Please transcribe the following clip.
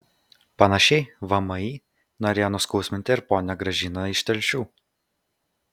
panašiai vmi norėjo nuskausminti ir ponią gražiną iš telšių